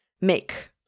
Make